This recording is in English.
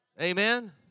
Amen